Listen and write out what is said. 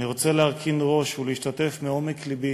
אני רוצה להרכין ראש ולהשתתף מעומק לבי